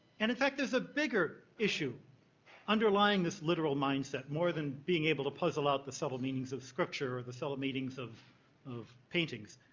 and, in fact, there's a bigger issue underlying this literal mindset more than being able to puzzle out the subtle meanings of the scripture, or the subtle meanings of of paintings.